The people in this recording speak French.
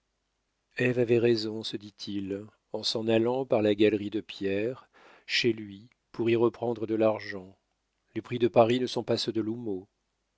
avait raison se dit-il en s'en allant par la galerie de pierre chez lui pour y reprendre de l'argent les prix de paris ne sont pas ceux de